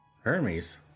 Hermes